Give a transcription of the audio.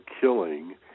killing